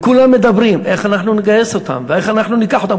כולם מדברים איך אנחנו נגייס אותם ואיך אנחנו ניקח אותם.